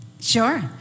Sure